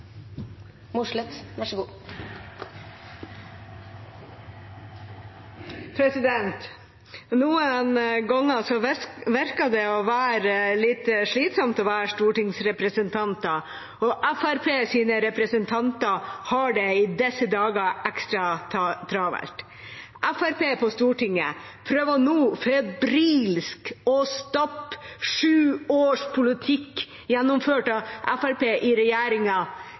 litt slitsomt å være stortingsrepresentant. Fremskrittspartiets representanter har det i disse dager ekstra travelt. Fremskrittspartiet på Stortinget prøver nå febrilsk å stappe sju års politikk – gjennomført av Fremskrittspartiet i